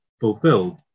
fulfilled